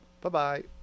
Bye-bye